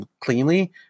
cleanly